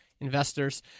investors